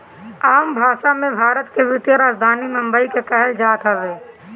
आम भासा मे, भारत के वित्तीय राजधानी बम्बई के कहल जात हवे